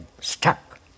stuck